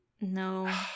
No